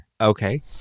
Okay